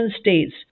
states